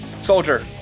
Soldier